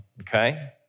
okay